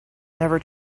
never